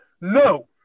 no